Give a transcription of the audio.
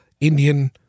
Indian